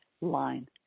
line